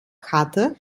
hatte